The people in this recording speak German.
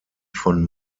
von